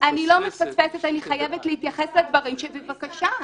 אני לא מפספסת, אני חייבת להתייחס לדברים, בבקשה.